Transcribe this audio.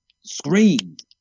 screamed